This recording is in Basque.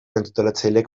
antolatzaileek